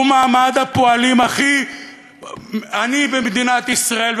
הוא מעמד הפועלים הכי עני במדינת ישראל,